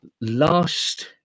last